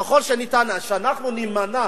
ככל שניתן שאנחנו נימנע